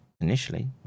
initially